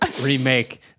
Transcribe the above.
remake